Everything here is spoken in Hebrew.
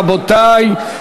רבותי,